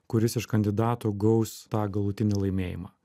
kuris iš kandidatų gaus tą galutinį laimėjimą